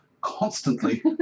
constantly